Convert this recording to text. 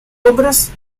obras